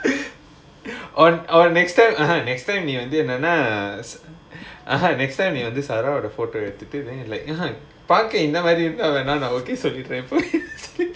on our next time (uh huh) next time என்னனா:ennanaa next time எடுத்துட்டு:eduthuttu